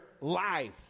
life